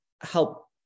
help